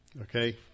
Okay